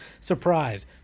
surprise